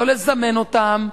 לא לזמן אותם,